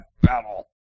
battle